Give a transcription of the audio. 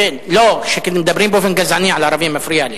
לא, כשמדברים באופן גזעני על ערבים, מפריע לי.